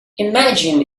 imagine